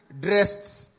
dressed